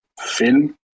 film